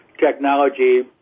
technology